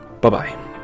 Bye-bye